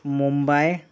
Mumbai